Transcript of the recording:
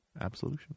absolution